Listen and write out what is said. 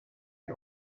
you